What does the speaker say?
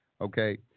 okay